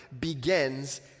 begins